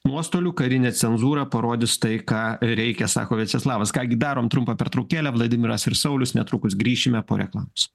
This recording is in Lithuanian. nuostolių karinė cenzūra parodys tai ką reikia sako viačeslavas ką gi darom trumpą pertraukėlę vladimiras ir saulius netrukus grįšime po reklamos